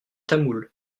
tamoul